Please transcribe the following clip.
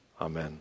Amen